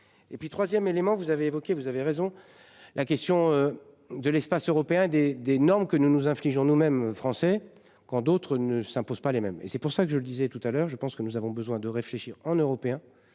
Et puis 3ème élément vous avez évoqué, vous avez raison, la question. De l'espace européen des des normes que nous nous infligeons nous-mêmes français quand d'autres ne s'impose pas les mêmes et c'est pour ça que je le disais tout à l'heure, je pense que nous avons besoin de réfléchir en européens